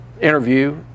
interview